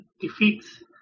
defeats